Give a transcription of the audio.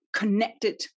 connected